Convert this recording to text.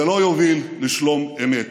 זה לא יוביל לשלום אמת.